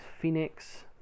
Phoenix